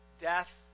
death